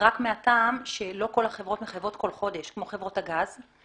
כי לא כל החברות מחייבות כל חודש, למשל חברות הגז.